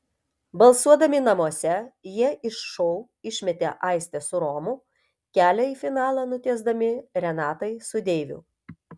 balsuodami namuose jie iš šou išmetė aistę su romu kelią į finalą nutiesdami renatai su deiviu